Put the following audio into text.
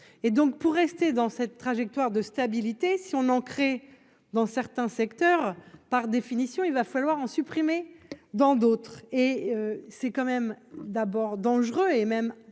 et donc pour rester dans cette trajectoire de stabilité si on ancrée dans certains secteurs, par définition, il va falloir en supprimer dans d'autres et c'est quand même d'abord dangereux et même très